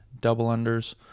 double-unders